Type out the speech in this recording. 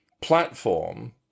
platform